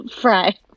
Fry